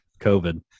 COVID